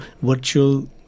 virtual